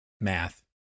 math